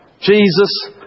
Jesus